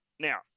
Now